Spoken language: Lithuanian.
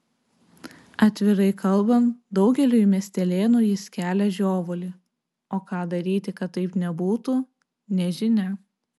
atvirai kalbant daugeliui miestelėnų jis kelia žiovulį o ką daryti kad taip nebūtų nežinia